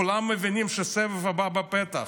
כולם מבינים שהסבב הבא בפתח.